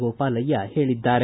ಗೋಪಾಲಯ್ಕ ಹೇಳಿದ್ದಾರೆ